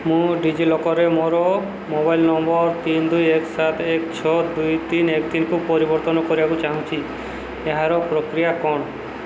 ମୁଁ ଡିଜିଲକର୍ରେ ମୋର ମୋବାଇଲ୍ ନମ୍ବର୍ ତିନି ଦୁଇ ଏକ ସାତ ଏକ ଛଅ ଦୁଇ ତିନି ଏକ ତିନିକୁ ପରିବର୍ତ୍ତନ କରିବାକୁ ଚାହୁଁଛି ଏହାର ପ୍ରକ୍ରିୟା କଣ